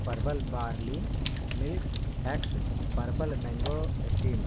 purple barley milks hex purple mango station